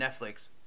Netflix